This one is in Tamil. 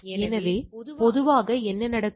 எனவே பொதுவாக என்ன நடக்கும்